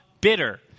bitter